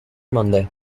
monday